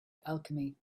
alchemy